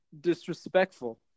disrespectful